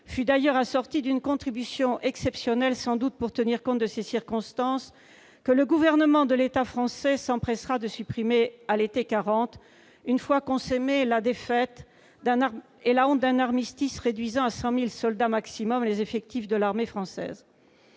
fut d'ailleurs assorti d'une contribution exceptionnelle- sans doute pour tenir compte des circonstances -que le gouvernement de l'État français s'empressera de supprimer à l'été 1940, une fois consommées la défaite et la honte d'un armistice réduisant les effectifs de l'armée française